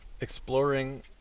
exploring